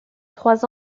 trois